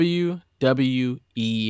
wwe